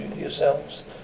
yourselves